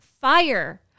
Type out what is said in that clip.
fire